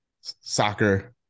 Soccer